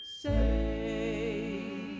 say